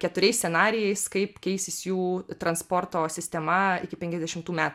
keturiais scenarijais kaip keisis jų transporto sistema iki penkiasdešimtų metų